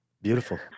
Beautiful